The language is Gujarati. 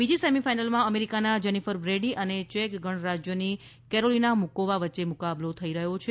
બીજી સેમીફાઈનલમાં અમેરિકાના જેનિફર બ્રેડી અને ચેક ગણરાજ્યની કેરોલીના મુકોવા વચ્ચે મુકાબલો થઈ રહ્યો છે